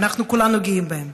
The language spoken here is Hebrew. ואנחנו כולנו גאים בהם.